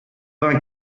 vingt